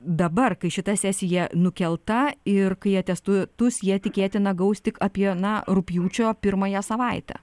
dabar kai šita sesija nukelta ir kai jie atestatus jie tikėtina gaus tik apie na rugpjūčio pirmąją savaitę